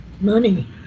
money